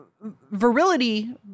virility